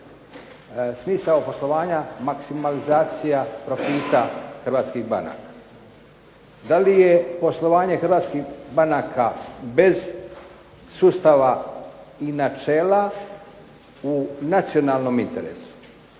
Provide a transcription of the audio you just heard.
smisao poslovanja maksimalizacija profita hrvatskih banaka. DA li je poslovanje hrvatskih banaka bez sustava i načela u nacionalnom interesu.